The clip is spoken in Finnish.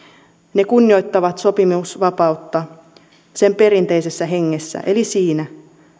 ne kunnioittavat sopimusvapautta sen perinteisessä hengessä eli siinä